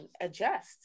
adjust